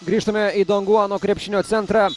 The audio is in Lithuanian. grįžtame į donguano krepšinio centrą